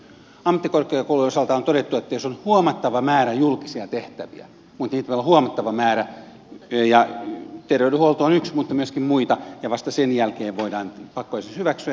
ammattikorkeakoulujen osalta on todettu että jos on huomattava määrä julkisia tehtäviä mutta niitä pitää olla huomattava määrä terveydenhuolto on yksi mutta on myöskin muita vasta sen jälkeen voidaan pakkojäsenyys hyväksyä